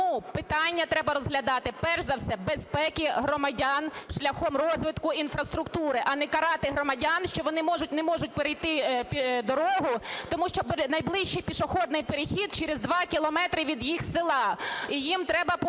Тому питання треба розглядати перш за все безпеки громадян шляхом розвитку інфраструктури, а не карати громадян, що вони не можуть перейти дорогу, тому що найближчий пішохідний перехід через 2 кілометри від їх села і їм треба потім